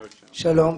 שלום,